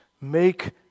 Make